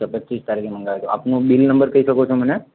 અચ્છા પચીસ તારીખે મંગાવ્યો આપનો બિલ નંબર કહી શકો છો મને